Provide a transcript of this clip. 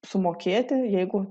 sumokėti jeigu